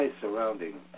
surrounding